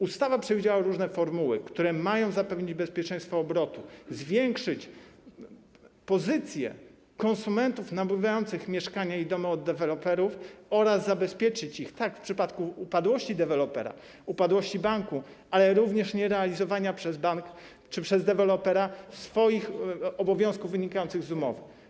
Ustawa przewidziała różne formuły, które mają zapewnić bezpieczeństwo obrotu, zwiększyć pozycję konsumentów nabywających mieszkania i domy od deweloperów oraz zabezpieczyć ich w przypadku upadłości dewelopera, upadłości banku, ale również nierealizowania przez bank czy przez dewelopera swoich obowiązków wynikających z umowy.